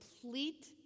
complete